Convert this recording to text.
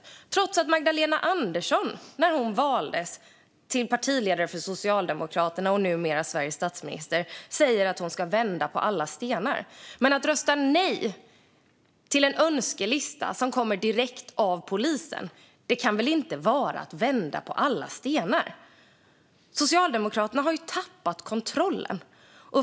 Detta trots att Magdalena Andersson när hon valdes till partiledare för Socialdemokraterna och sedan till Sveriges statsminister sa att hon ska vända på alla stenar. Att rösta nej till en önskelista som kommer direkt från polisen kan väl inte vara att vända på alla stenar? Socialdemokraterna har ju tappat kontrollen.